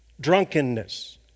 drunkenness